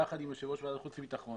יחד עם יושב ראש ועדת חוץ וביטחון,